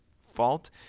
fault